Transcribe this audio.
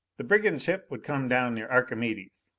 the brigand ship would come down near archimedes.